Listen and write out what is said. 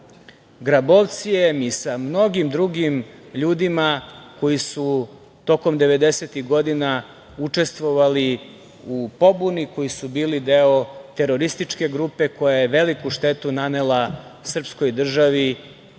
Grabovcijem i sa mnogim drugim ljudima koji su tokom 90-ih godina učestvovali u pobuni, koji su bili deo terorističke grupe, koja je veliku štetu nanela srpskoj državi